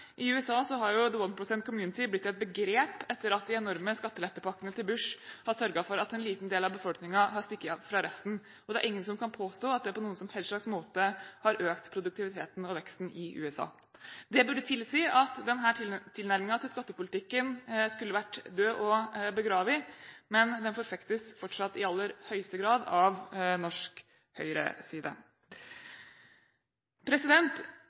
I USA har «The one percent community» blitt et begrep etter at de enorme skattelettepakkene til Bush har sørget for at en liten del av befolkningen har stukket av fra resten. Det er ingen som kan påstå at det på noen som helst slags måte har økt produktiviteten og veksten i USA. Det burde tilsi at denne tilnærmingen til skattepolitikken skulle være død og begravet, men den forfektes fortsatt i aller høyeste grad av norsk høyreside.